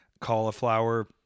cauliflower